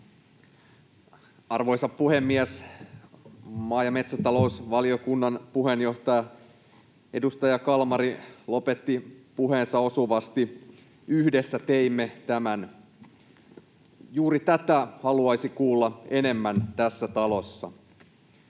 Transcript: Arvoisa puhemies! Maa- ja metsätalousvaliokunnan puheenjohtaja, edustaja Kalmari lopetti puheensa osuvasti: yhdessä teimme tämän. Juuri tätä haluaisi kuulla enemmän tässä talossa.